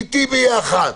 איתי ביחד,